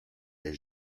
est